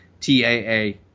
TAA